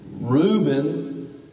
Reuben